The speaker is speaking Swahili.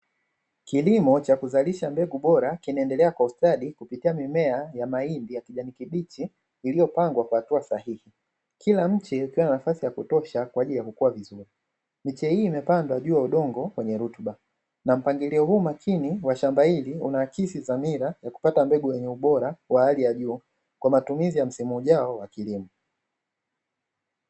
Kilimo cha kuzalisha mbegu bora kinaendelea kwa ustadi kupitia mimea ya mahindi ya kijani kibichi iliyopangwa kwa hatua sahihi, kila mche ukiwa na nafasi ya kutosha kwa ajili ya kukuwa vizuri miche hii imepandwa juu ya udongo wenye rutuba na mpangilio huo makini wa shamba hili, una akisi dhamira ya kupata mbegu yenye ubora wa hali ya juu kwa matumizi ya msimu ujao wa kilimo